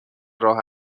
راه